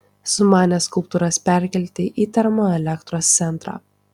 sumanė skulptūras perkelti į termoelektros centrą